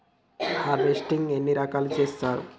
Harvesting ఎన్ని రకాలుగా చేస్తరు?